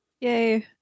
Yay